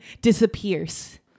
disappears